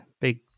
big